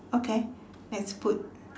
okay let's put